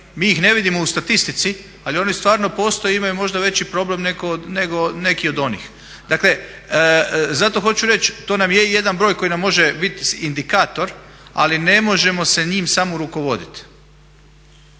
mi ih ne vidimo u statistici ali oni stvarno postoje i imaju možda veći problem nego neki od onih. Dakle, zato hoću reći to nam je jedan broj koji nam može biti indikator ali ne možemo se njime samo rukovoditi.